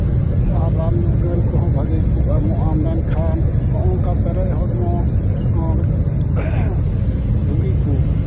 ᱟᱨ ᱨᱟᱱ ᱢᱩᱨᱜᱟᱹᱱ ᱠᱚᱦᱚᱸ ᱵᱷᱟᱹᱜᱮ ᱜᱮᱠᱚ ᱮᱢᱚᱜᱼᱟ ᱢᱮᱱᱠᱷᱟᱱ ᱦᱚᱸᱜ ᱚᱱᱠᱟ ᱯᱮᱨᱮᱡ ᱦᱚᱲᱢᱚ ᱨᱩᱜᱤ ᱠᱚ